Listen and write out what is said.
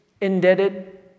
indebted